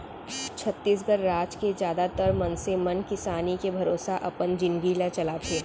छत्तीसगढ़ राज के जादातर मनसे मन किसानी के भरोसा अपन जिनगी ल चलाथे